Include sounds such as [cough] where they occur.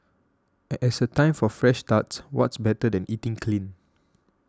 [hesitation] as a time for fresh starts what's better than eating clean